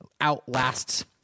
outlasts